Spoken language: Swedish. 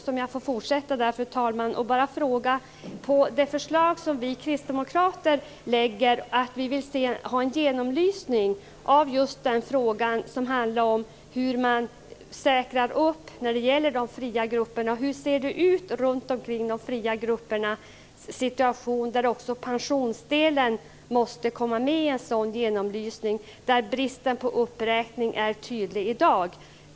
Låt mig få fortsätta med att fråga Paavo Vallius om det förslag som vi kristdemokrater har lagt fram om en genomlysning av hur det ser ut kring de fria gruppernas situation. Även pensionsdelen måste komma med i en sådan genomlysning. Bristen på uppräkning är tydlig i dag.